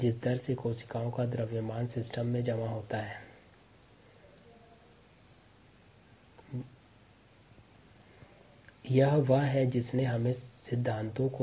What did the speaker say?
यह वह रेट है जिस पर कोशिका का द्रव्यमान तंत्र में संग्रहित होता है